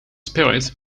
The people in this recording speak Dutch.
spirit